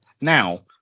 now